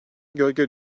gölge